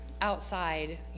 outside